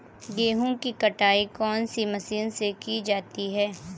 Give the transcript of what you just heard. गेहूँ की कटाई कौनसी मशीन से की जाती है?